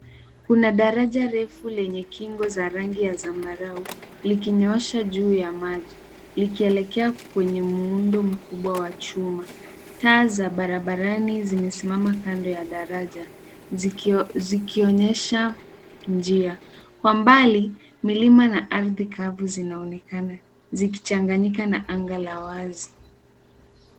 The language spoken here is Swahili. Kuna daraja refu lenye kingo za rangi ya zambarau likinyoosha juu ya maji likielekea kwenye muundo mkubwa wa chuma. Taa za barabarani zinasimama kando ya daraja zikionyesha njia. Kwa mbali, milima na ardhi kavu zinaonekana zikichanganyika na anga la wazi.